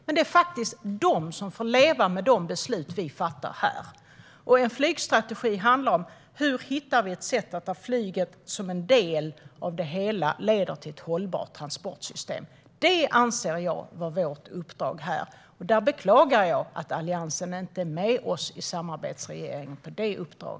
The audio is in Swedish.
Men det är de som får leva med de beslut vi fattar här. En flygstrategi handlar om hur vi hittar ett sätt där flyget som en del av det hela leder till ett hållbart transportsystem. Det anser jag vara vårt uppdrag här, och jag beklagar att Alliansen inte är med oss i samarbetsregeringen på detta uppdrag.